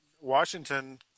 Washington